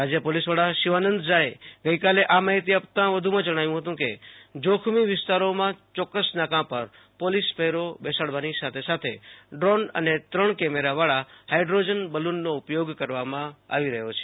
રાજ્ય પોલીસ વડા શિવાનંદ ઝાએ ગઈકાલે આ માહિતી આપતાં વધુમાં જણાવ્યું હતું કે જોખમી વિસ્તારોમાં ચોક્કસ નાકા પર પોલીસ પહેરો બેસાડવાની સાથે સાથે ડ્રોન અને ત્રણ કેમેરાવાળા હાઈડ્રોજન બલૂનનો ઉપયોગ કરવામાં આવી રહ્યા છે